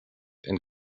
and